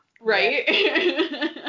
Right